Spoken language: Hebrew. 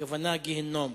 הכוונה, גיהינום,